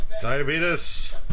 Diabetes